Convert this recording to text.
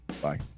Bye